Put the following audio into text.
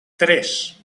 tres